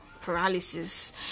paralysis